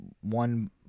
One